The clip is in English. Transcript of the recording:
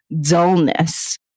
dullness